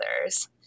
others